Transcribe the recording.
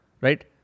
Right